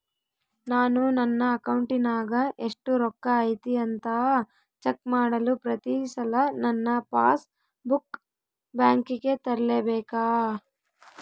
ನಾನು ನನ್ನ ಅಕೌಂಟಿನಾಗ ಎಷ್ಟು ರೊಕ್ಕ ಐತಿ ಅಂತಾ ಚೆಕ್ ಮಾಡಲು ಪ್ರತಿ ಸಲ ನನ್ನ ಪಾಸ್ ಬುಕ್ ಬ್ಯಾಂಕಿಗೆ ತರಲೆಬೇಕಾ?